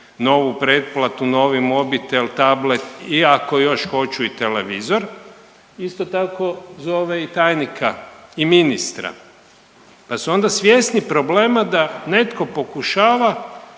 novu pretplatu, novi mobitel, tablet i ako još hoću i televizor isto tako zove i tajnika i ministra. Pa su onda svjesni problema da netko pokušava